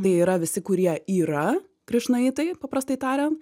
tai yra visi kurie yra krišnaitai paprastai tarian